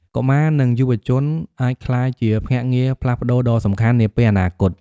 កុមារនិងយុវជន អាចក្លាយជាភ្នាក់ងារផ្លាស់ប្តូរដ៏សំខាន់នាពេលអនាគត។